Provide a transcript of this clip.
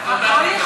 זה אותה תחושה.